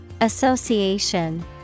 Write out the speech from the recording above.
Association